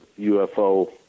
UFO